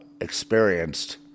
experienced